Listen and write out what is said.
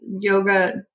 yoga